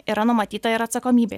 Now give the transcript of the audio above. yra numatyta ir atsakomybė